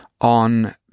on